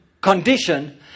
condition